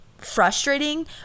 frustrating